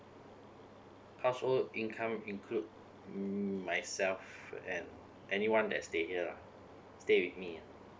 household income include mm myself and anyone that stay here lah stay with me ah